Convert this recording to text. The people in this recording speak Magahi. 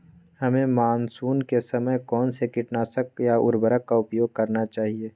हमें मानसून के समय कौन से किटनाशक या उर्वरक का उपयोग करना चाहिए?